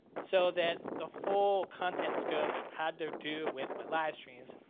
so that the full content scope had to do with my live streams.